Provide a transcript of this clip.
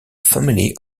family